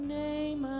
name